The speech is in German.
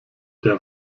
der